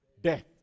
Death